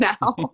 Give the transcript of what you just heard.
now